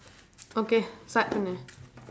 okay start from there